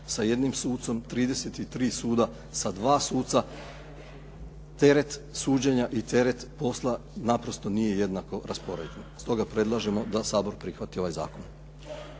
sa jednim sucem, 33 suda sa dva suca, teret suđenja i teret posla naprosto nije jednako raspoređen. Stoga predlažemo da Sabor prihvati ovaj zakon.